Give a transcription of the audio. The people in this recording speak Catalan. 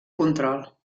control